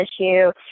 issue